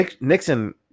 Nixon